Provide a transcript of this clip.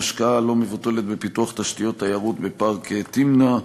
השקעה לא מבוטלת בפיתוח תשתיות תיירות בפארק תמנע,